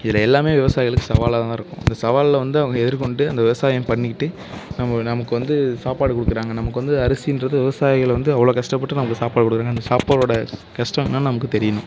இதில் எல்லாமே விவசாயிகளுக்கு சவாலாக தான் இருக்கும் இந்த சவாலை வந்து அவங்க எதிர்க்கொண்டு அந்த விவசாயம் பண்ணிக்கிட்டு நம்ப நமக்கு வந்து சாப்பாடு கொடுக்குறாங்க நமக்கு வந்து அரிசின்றது விவசாயிகள் வந்து அவ்வளோ கஷ்டப்பட்டு நமக்கு சாப்பாடு கொடுக்குறாங்க அந்த சாப்பாடோடய கஷ்டம் என்னன்னு நமக்கு தெரியணும்